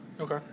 Okay